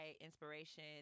inspiration